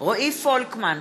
רועי פולקמן,